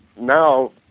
now